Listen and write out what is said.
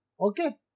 Okay